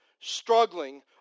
struggling